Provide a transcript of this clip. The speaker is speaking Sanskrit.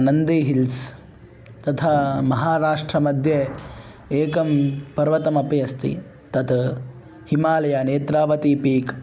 नन्दी हिल्स् तथा महाराष्ट्रं मध्ये एकं पर्वतमपि अस्ति तत् हिमालयः तेत्रावती पीक्